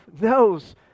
knows